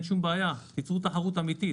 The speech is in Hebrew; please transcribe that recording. אין שום בעיה, אבל תיצרו תחרות אמיתית.